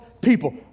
people